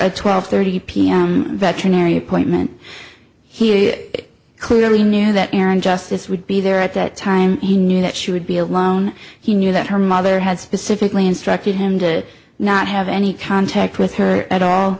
a twelve thirty pm veterinary appointment he clearly knew that aaron justice would be there at that time he knew that she would be alone he knew that her mother had specifically instructed him to not have any contact with her at all